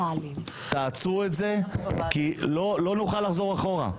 תעצרו את זה, כי לא נוכל לחזור אחורה.